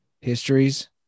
histories